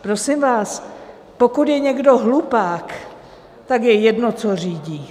Prosím vás, pokud je někdo hlupák, tak je jedno, co řídí.